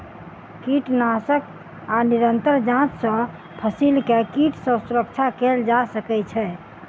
कीटनाशक आ निरंतर जांच सॅ फसिल के कीट सॅ सुरक्षा कयल जा सकै छै